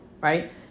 right